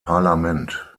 parlament